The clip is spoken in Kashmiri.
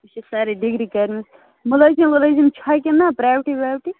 سارے ڈِگری کَرِمَژ مُلٲزِم وُلٲزِم چھا کِنہٕ نہ پرٛیوٹٕے ویوٹٕے